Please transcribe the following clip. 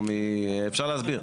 אפשר להסביר.